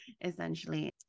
essentially